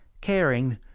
caring